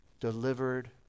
delivered